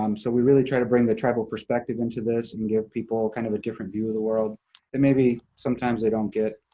um so we really try to bring the tribal perspective into this and give people kind of a different view of the world that maybe sometimes they don't get,